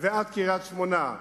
עד קריית-שמונה,